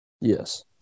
Yes